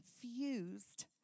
confused